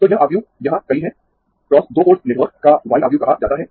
तो यह आव्यूह यहाँ कई है × दो पोर्ट नेटवर्क का y आव्यूह कहा जाता है